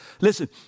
Listen